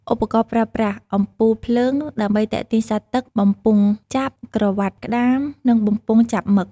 ឧបករណ៍ប្រើប្រាស់ អំពូលភ្លើងដើម្បីទាក់ទាញសត្វទឹក បំពង់ចាប់ ក្រវ៉ាត់ក្តាម និងបំពង់ចាប់មឹក។